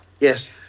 Yes